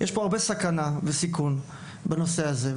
יש הרבה סכנה וסיכון בנושא הזה,